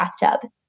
bathtub